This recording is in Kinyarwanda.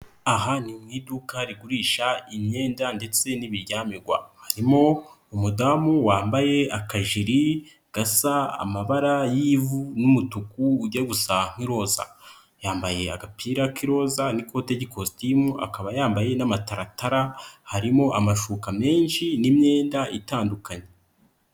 Aha ni mu iduka rigurisha imyenda ndetse n'ibiryamirwa, harimo umudamu wambaye akajiri gasa amabara y'ivu n'umutuku ujya gusa nk'iroza, yambaye agapira k'iroza n'ikote ry'ikositimu akaba yambaye n'amataratara harimo amashuka menshi n'imyenda itandukanye.